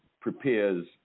prepares